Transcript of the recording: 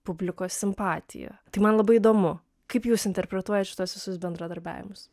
publikos simpatijų tai man labai įdomu kaip jūs interpretuojat šituos visus bendradarbiavimus